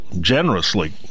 generously